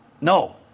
no